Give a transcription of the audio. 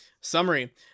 Summary